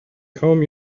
comb